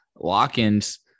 lock-ins